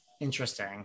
Interesting